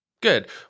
Good